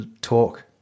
talk